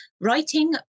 Writing